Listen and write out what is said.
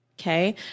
Okay